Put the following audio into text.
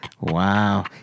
Wow